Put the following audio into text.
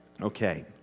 okay